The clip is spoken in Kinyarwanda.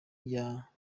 yansigiye